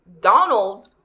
Donald